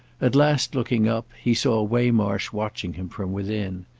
at last looking up, he saw waymarsh watching him from within.